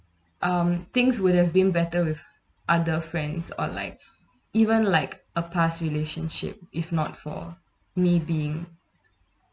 um things would have been better with other friends or like even like a past relationship if not for me being